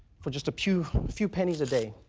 for just a few few pennies a day,